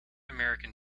american